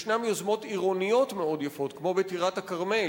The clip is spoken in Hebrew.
ישנן יוזמות עירוניות מאוד יפות, כמו בטירת-כרמל,